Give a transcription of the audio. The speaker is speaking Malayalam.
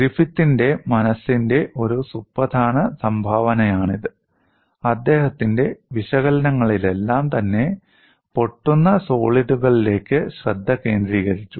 ഗ്രിഫിത്തിന്റെ മനസ്സിന്റെ ഒരു സുപ്രധാന സംഭാവനയാണിത് അദ്ദേഹത്തിന്റെ വിശകലനങ്ങളെല്ലാം തന്നെ പൊട്ടുന്ന സോളിഡുകളിലേക്ക് ശ്രദ്ധ കേന്ദ്രീകരിച്ചു